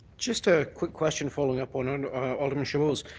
just a quick question following up on alderman chabot's.